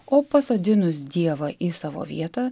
o pasodinus dievą į savo vietą